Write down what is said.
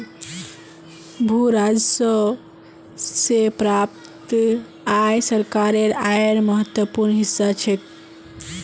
भू राजस्व स प्राप्त आय सरकारेर आयेर महत्वपूर्ण हिस्सा छेक